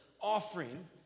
offering